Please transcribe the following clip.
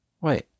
Wait